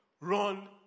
run